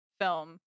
film